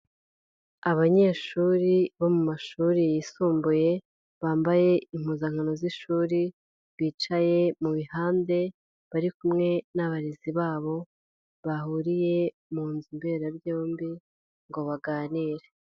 Abanyeshuri bo mu mashuri yisumbuye, bambaye impuzankano z'ishuri, bicaye mu mihande, bari kumwe n'abarezi babo, bahuriye mu nzu mberabyombi, ngo baganire.